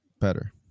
Better